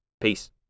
Peace